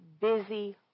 busy